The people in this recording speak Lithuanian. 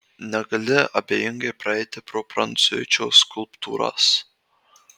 negali abejingai praeiti pro prancuičio skulptūras